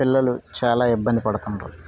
పిల్లలు చాలా ఇబ్బంది పడుతున్నారు